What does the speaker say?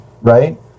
right